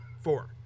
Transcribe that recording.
four